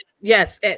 Yes